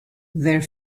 their